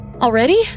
Already